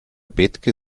bethke